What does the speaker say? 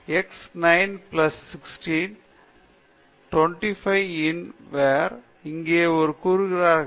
x 9 plus 16 25 ன் where அவர் இங்கே கூறுகிறார்